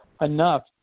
enough